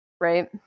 right